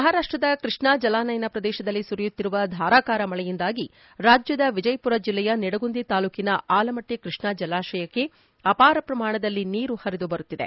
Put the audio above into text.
ಮಹಾರಾಷ್ಟದ ಕೃಷ್ಣಾ ಜಲಾನಯನ ಪ್ರದೇಶದಲ್ಲಿ ಸುರಿಯುತ್ತಿರುವ ಧಾರಾಕಾರ ಮಳೆಯಿಂದಾಗಿ ರಾಜ್ಯದ ವಿಜಯಪುರ ಜಿಲ್ಲೆಯ ನಿಡಗುಂದಿ ತಾಲೂಕಿನ ಆಲಮಟ್ಟಿ ಕೃಷ್ಣಾ ಜಲಾಶಯಕ್ಕೆ ಅಪಾರ ಪ್ರಮಾಣದಲ್ಲಿ ನೀರು ಹರಿದು ಬರುತ್ತಿದೆ